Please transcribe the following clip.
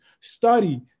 Study